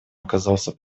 оказался